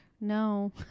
no